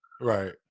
Right